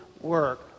work